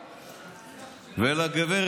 ולגב'